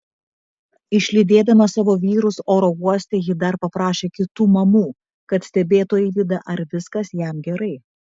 išlydėdama savo vyrus oro uoste ji dar paprašė kitų mamų kad stebėtų eivydą ar viskas jam gerai